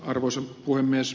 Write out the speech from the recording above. arvoisa puhemies